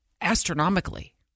astronomically